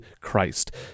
Christ